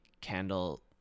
candle